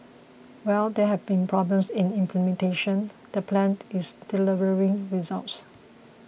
while there have been problems in implementation the plan is delivering results